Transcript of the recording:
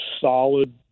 solid –